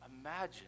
Imagine